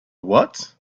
what